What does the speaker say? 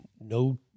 no